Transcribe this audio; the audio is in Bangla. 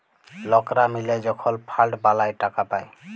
লকরা মিলে যখল ফাল্ড বালাঁয় টাকা পায়